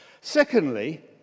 Secondly